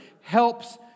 helps